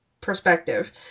perspective